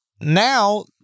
now